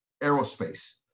aerospace